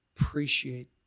appreciate